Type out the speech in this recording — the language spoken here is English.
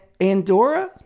Andorra